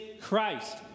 Christ